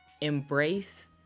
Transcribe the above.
Embrace